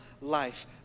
life